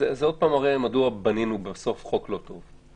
זה עוד פעם הרי מדוע בנינו בסוף חוק לא טוב.